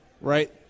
right